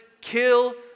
kill